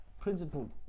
principle